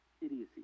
idiocy